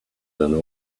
than